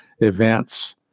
events